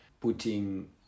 putting